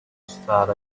start